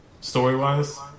story-wise